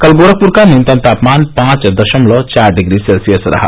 कल गोरखपर का न्यनतम तापमान पांच दशमलव चार डिग्री सेल्सियस रहा